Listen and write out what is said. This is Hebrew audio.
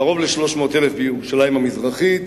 קרוב ל-300,000 בירושלים המזרחית,